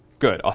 good. ah